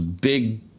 big